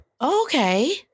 Okay